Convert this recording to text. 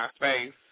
MySpace